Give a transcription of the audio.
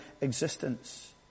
existence